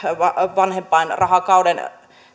vanhempainrahakauden